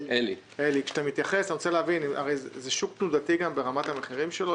האם זה שוק תנודתי ברמת המחירים שלו,